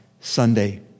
Sunday